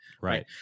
Right